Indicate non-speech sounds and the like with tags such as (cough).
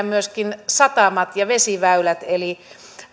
(unintelligible) myöskin satamat ja vesiväylät eli